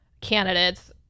candidates